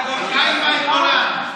הגיעה תגבורת.